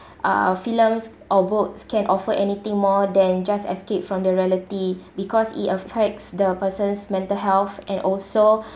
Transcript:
uh films or book can't offer anything more than just escape from their reality because it affects the person's mental health and also